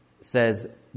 says